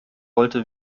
wollte